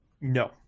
No